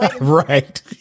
right